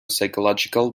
physiological